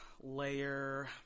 layer